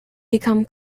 become